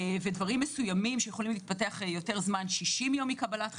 ודברים מסוימים שיכולים להתפתח יותר זמן - 60 יום מקבלת חיסון.